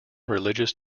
religious